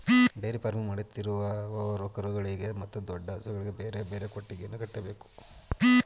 dairy farming ಮಾಡುತ್ತಿರುವವರು ಕರುಗಳಿಗೆ ಮತ್ತು ದೊಡ್ಡ ಹಸುಗಳಿಗೆ ಬೇರೆ ಬೇರೆ ಕೊಟ್ಟಿಗೆಯನ್ನು ಕಟ್ಟಬೇಕು